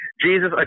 Jesus